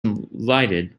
enlightened